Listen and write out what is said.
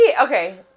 okay